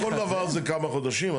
לא כל דבר זה כמה חודשים.